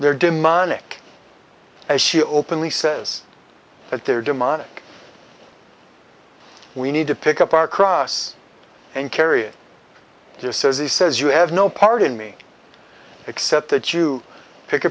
they're demonic as she openly says that they're demonic we need to pick up our cross and carry it just says he says you have no part in me except that you pick